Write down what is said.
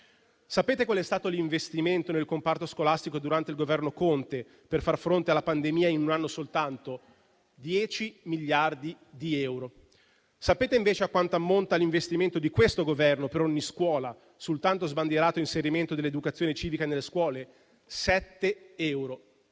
Sapete a quanto è ammontato l'investimento nel comparto scolastico del Governo Conte per far fronte alla pandemia in un anno soltanto? 10 miliardi di euro. Sapete invece a quanto ammonta l'investimento di questo Governo per ogni scuola, con il soltanto sbandierato inserimento dell'educazione civica nelle scuole? Sette euro.